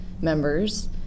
members